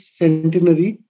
centenary